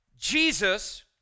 Jesus